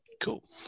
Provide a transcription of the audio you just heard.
Cool